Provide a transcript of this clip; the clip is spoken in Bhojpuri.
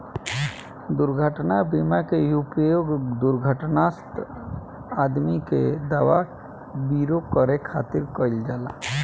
दुर्घटना बीमा के उपयोग दुर्घटनाग्रस्त आदमी के दवा विरो करे खातिर कईल जाला